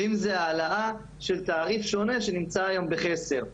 ואם זו העלאה של תעריף שונה שנמצא היום בחסר,